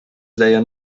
deien